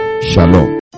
Shalom